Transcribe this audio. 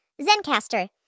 zencaster